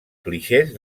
clixés